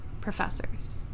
professors